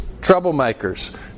troublemakers